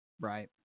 Right